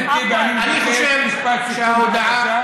חבר הכנסת טיבי, אני מבקש משפט סיכום, בבקשה.